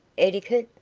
etiquette?